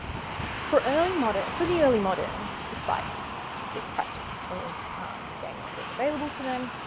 for early modern for the early moderns, despite this practice or game not being available to them,